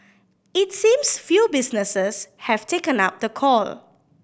it seems few businesses have taken up the call